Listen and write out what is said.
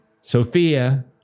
Sophia